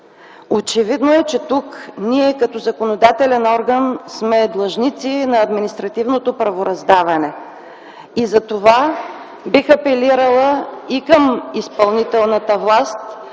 Очевидно е, че тук ние като законодателен орган сме длъжници на административното правораздаване и затова бих апелирала и към изпълнителната власт